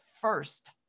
first